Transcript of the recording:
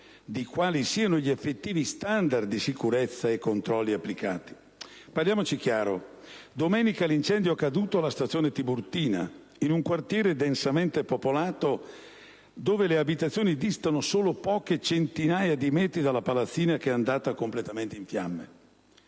ignaro degli effettivi standard di sicurezza e controlli applicati. Parliamoci chiaramente: domenica scorsa l'incendio è accaduto alla stazione Tiburtina, in un quartiere densamente popolato, dove le abitazioni distano solo poche centinaia di metri dalla palazzina che è andata completamente in fiamme.